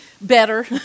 better